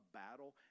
battle